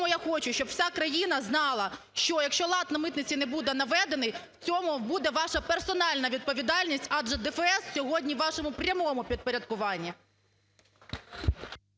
я хочу, щоб вся країна знала, що якщо лад на митниці не буде наведений, в цьому буде ваша персональна відповідальність, адже ДФС сьогодні в вашому прямому підпорядкуванні.